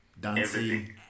dancing